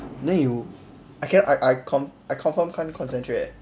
then you I cannot I I con~ I confirm can't concentrate